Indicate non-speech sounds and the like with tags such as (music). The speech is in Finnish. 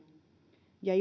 ja (unintelligible)